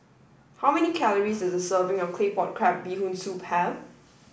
how many calories does a serving of Claypot Crab Bee Hoon Soup have